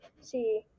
see